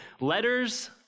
Letters